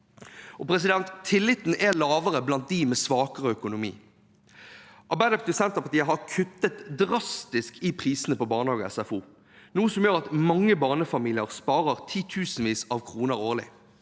folk bor. Tilliten er lavere blant dem med svakere økonomi. Arbeiderpartiet og Senterpartiet har kuttet drastisk i prisene på barnehage og SFO, noe som gjør at mange barnefamilier sparer titusenvis av kroner årlig.